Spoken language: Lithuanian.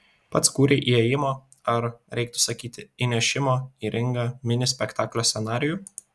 pats kūrei įėjimo ar reiktų sakyti įnešimo į ringą mini spektaklio scenarijų